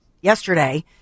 yesterday